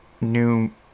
new